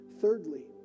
Thirdly